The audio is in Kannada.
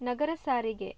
ನಗರ ಸಾರಿಗೆ